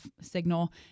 signal